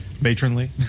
matronly